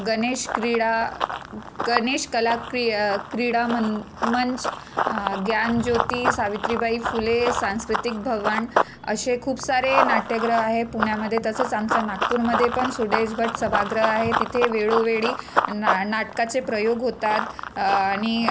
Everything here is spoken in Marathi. गणेश क्रीडा गणेश कला क्रि क्रीडामं मंच ज्ञान ज्योती सावित्रीबाई फुले सांस्कृतिक भवन असे खूप सारे नाट्यगृह आहे पुण्यामध्ये तसंच आमचं नागपूरमध्ये पण सुरेश भट सभागृह आहे तिथे वेळोवेळी ना नाटकाचे प्रयोग होतात आणि